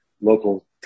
local